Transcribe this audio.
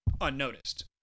unnoticed